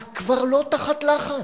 אז, כבר לא תחת לחץ.